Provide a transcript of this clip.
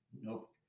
Nope